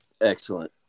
excellent